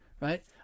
right